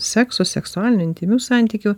sekso seksualinių intymių santykių